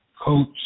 Coach